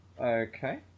Okay